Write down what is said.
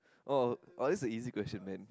oh oh oh this is a easy question man